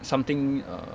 something err